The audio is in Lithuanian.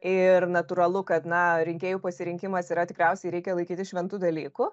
ir natūralu kad na rinkėjų pasirinkimas yra tikriausiai reikia laikyti šventu dalyku